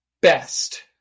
best